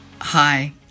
Hi